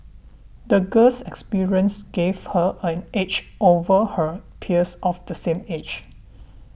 the girl's experiences gave her an edge over her peers of the same age